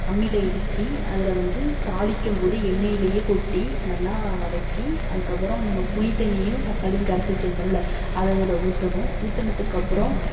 அம்மியில் இடித்து அதில் வந்து தாளிக்கும் போது எண்ணெயிலேயே கொட்டி நல்லா வதக்கி அதுக்கப்புறோம் நம்ம புளித் தண்ணியியும் தக்காளியும் கரைச்சி வச்சிருந்தமுல அதை அதில் ஊற்றணும் ஊற்றுனதுக்கு அப்புறோம்